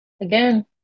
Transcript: Again